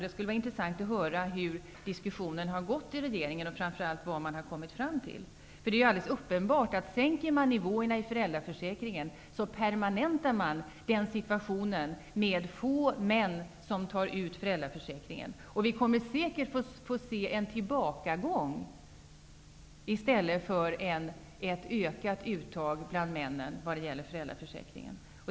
Det skulle vara intressant att få höra hur diskussionen har förts i regeringen och framför allt vad man har kommit fram till. Det är alldeles uppenbart att om ersättningsnivån i föräldraförsäkringen sänks, permanentas situationen med få män som utnyttjar föräldraförsäkringen. Vi kommer säkert att få se en tillbakagång i stället för ett ökat uttag bland männen i fråga om föräldraförsäkringen.